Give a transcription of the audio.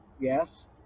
yes